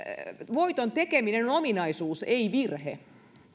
voiton tekeminen on ominaisuus ei virhe